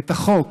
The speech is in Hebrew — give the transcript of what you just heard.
את החוק